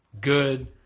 good